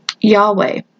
Yahweh